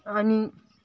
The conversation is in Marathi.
आणि